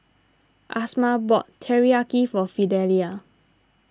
Amasa bought Teriyaki for Fidelia